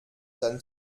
dann